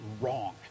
wrong